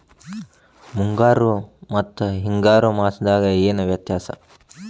ಮುಂಗಾರು ಮತ್ತ ಹಿಂಗಾರು ಮಾಸದಾಗ ಏನ್ ವ್ಯತ್ಯಾಸ?